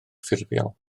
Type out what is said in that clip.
ffurfiol